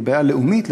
מבעיה לאומית,